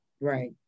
right